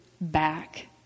back